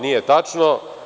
Nije tačno.